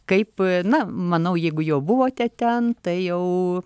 kaip na manau jeigu jau buvote ten tai jau